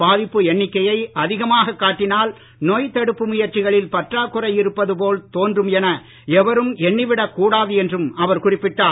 பாதிப்பு எண்ணிக்கையை அதிகமாக காட்டினால் நோய்த் தடுப்பு முயற்சிகளில் பற்றாக்குறை இருப்பது போல் தோன்றும் என எவரும் எண்ணிவிடக் கூடாது என்றும் அவர் குறிப்பிட்டார்